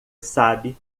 sabe